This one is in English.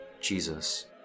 Jesus